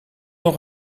nog